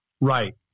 Right